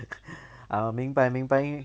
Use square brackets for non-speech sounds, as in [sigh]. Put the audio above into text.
[laughs] orh 明白明白因为